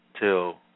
till